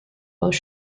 both